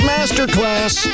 Masterclass